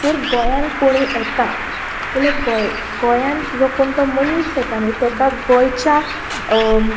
जर गोंयांत कोणीय येता जाल्यार गोंय गोंयांत जो कोण तो मनीस येता न्हय तेका गोंयच्या